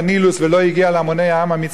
ולא הגיעה אל המוני העם המצרים.